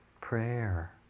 prayer